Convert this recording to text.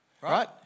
Right